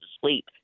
sleep